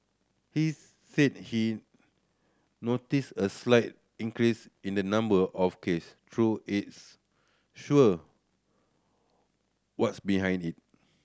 he said he noticed a slight increase in the number of case though is sure what's behind it